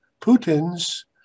Putin's